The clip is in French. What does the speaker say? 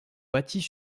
bâties